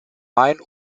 main